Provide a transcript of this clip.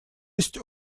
есть